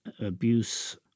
abuse